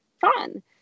fun